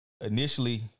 initially